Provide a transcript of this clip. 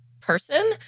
person